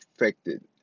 affected